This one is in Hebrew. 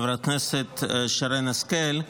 חברת הכנסת שרן השכל,